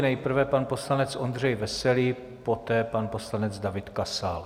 Nejprve pan poslanec Ondřej Veselý, poté pan poslanec David Kasal.